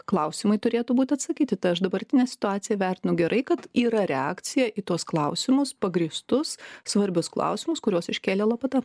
klausimai turėtų būti atsakyti tai aš dabartinę situaciją vertinu gerai kad yra reakcija į tuos klausimus pagrįstus svarbius klausimus kuriuos iškėlė lopata